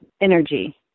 energy